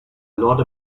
lot